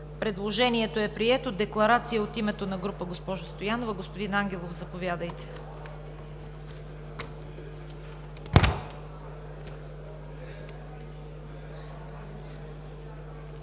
Предложението е прието. Декларация от името на група, госпожо Стоянова. Господин Ангелов, заповядайте.